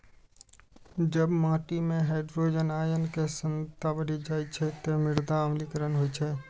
जब माटि मे हाइड्रोजन आयन के सांद्रता बढ़ि जाइ छै, ते मृदा अम्लीकरण होइ छै